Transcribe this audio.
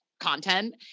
content